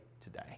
today